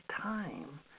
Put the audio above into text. time